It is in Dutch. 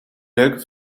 leuke